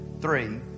three